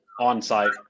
on-site